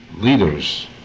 leaders